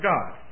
God